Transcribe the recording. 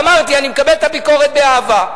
ואמרתי: אני מקבל את הביקורת באהבה.